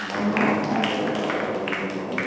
भन्नुहोस् कहाँबाट कताबाट बोल्नुभयो